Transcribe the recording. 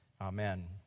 amen